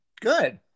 good